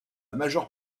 majeure